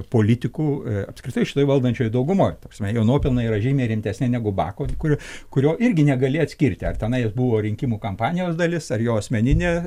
politikų apskritai šitoj valdančiojoj daugumoj ta prasme jo nuopelnai yra žymiai rimtesni negu bako kurio kurio irgi negali atskirti ar tenai jis buvo rinkimų kampanijos dalis ar jo asmeninė